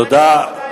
תודה.